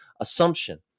assumption